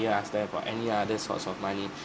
ya ask them for any other sorts of money